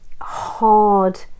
hard